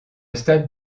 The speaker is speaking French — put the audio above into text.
stade